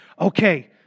Okay